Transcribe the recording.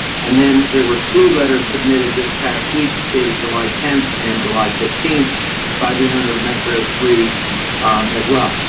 and then there were two letters submitted this past week, dated july tenth and july fifteenth by the owner of metro three as well.